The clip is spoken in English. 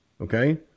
okay